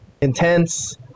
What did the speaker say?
intense